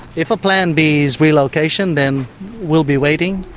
if a plan b is relocation, then we'll be waiting.